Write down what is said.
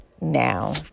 now